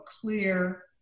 clear